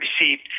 received